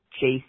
chase